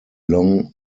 long